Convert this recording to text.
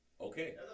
Okay